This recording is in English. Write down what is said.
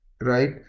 right